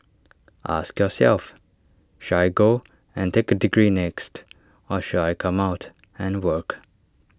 ask yourself should I go and take A degree next or should I come out and work